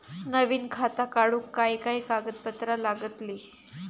नवीन खाता काढूक काय काय कागदपत्रा लागतली?